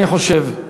אני חושב,